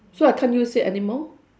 so I can't use it anymore